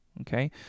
okay